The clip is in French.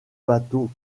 bateaux